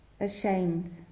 ashamed